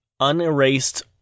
unerased